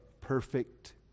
perfect